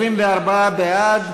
24 בעד,